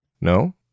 No